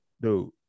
dude